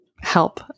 help